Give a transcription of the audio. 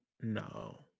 No